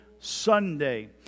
Sunday